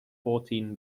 fourteen